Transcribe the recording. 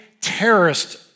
terrorist